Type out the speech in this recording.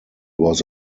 was